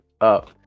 up